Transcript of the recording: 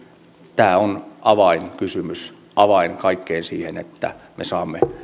tämä on avainkysymys avain kaikkeen siihen että me saamme